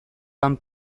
lan